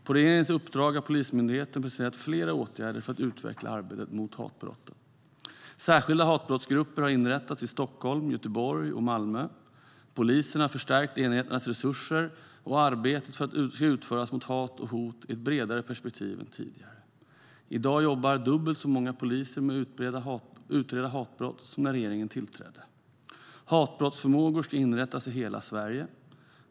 På regeringens uppdrag har Polismyndigheten beställt flera åtgärder för att utveckla arbetet mot hatbrott. Särskilda hatbrottsgrupper har inrättats i Stockholm, Göteborg och Malmö. Polisen har förstärkt enheternas resurser, och arbetet mot hat och hot ska utföras med ett bredare perspektiv än tidigare. I dag jobbar dubbelt så många poliser med att utreda hatbrott som när regeringen tillträdde. Hatbrottsförmåga ska inrättas i hela Sverige.